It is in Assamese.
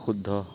শুদ্ধ